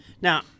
Now